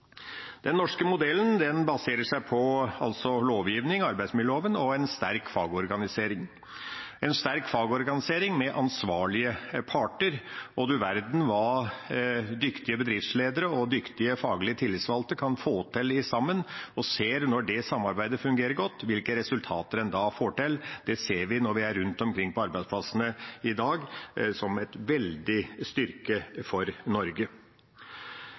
Den norske modellen baserer seg på lovgivning – arbeidsmiljøloven – og en sterk fagorganisering, en sterk fagorganisering med ansvarlige parter. Og du verden hva dyktige bedriftsledere og dyktige faglig tillitsvalgte kan få til sammen når det samarbeidet fungerer godt, hvilke resultater en da får til. Det ser vi når vi er rundt omkring på arbeidsplassene i dag, som en veldig stor styrke for Norge.